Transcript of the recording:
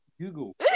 Google